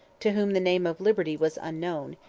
to whom the name of liberty was unknown,